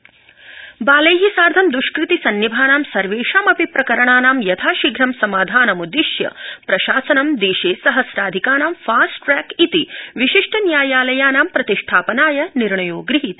प्रशासनम् बालै सार्ध द्ष्कृति सन्निभानाम् सर्वेषामपि प्रकरणानां यथाशीघ्रं समाधानम् उद्दिश्य प्रशासनं देशे सहस्राधिकानां फास्ट ट्रैक इति विशिष्ट न्यायालयानां प्रतिष्ठापनाय निर्णयो गृहीत